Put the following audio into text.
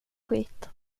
skit